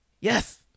yes